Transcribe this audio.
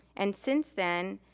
and since then,